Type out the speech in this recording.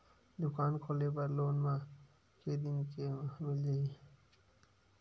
दुकान खोले बर लोन मा के दिन मा मिल जाही?